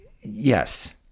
Yes